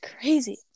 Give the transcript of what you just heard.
crazy